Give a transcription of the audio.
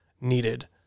needed